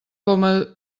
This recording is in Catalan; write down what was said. coma